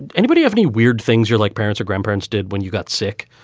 and anybody have any weird things you're like parents or grandparents did when you got sick?